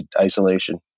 isolation